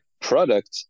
product